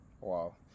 Wow